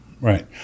right